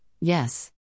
yes